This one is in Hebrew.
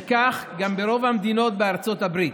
וכך גם ברוב המדינות בארצות הברית.